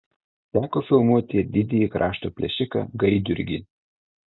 teko filmuoti ir didįjį krašto plėšiką gaidjurgį